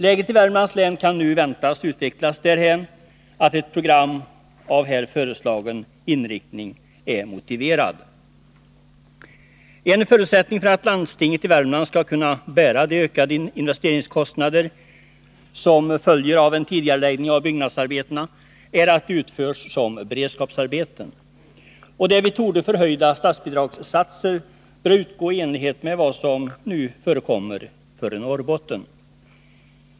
Läget i Värmlands län kan nu väntas utvecklas därhän att ett program av här föreslagen inriktning är motiverat. En förutsättning för att landstinget i Värmland skall kunna bära de ökade investeringskostnader som följer av en tidigareläggning av byggnadsarbetena är att dessa utförs som beredskapsarbeten. Därvid torde förhöjda statsbidragssatser kunna utgå i enlighet med vad som nu förekommer för Norrbotten.